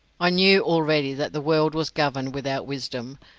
i knew already that the world was governed without wisdom,